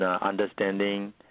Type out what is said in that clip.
understanding